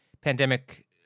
Pandemic